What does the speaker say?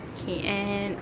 K end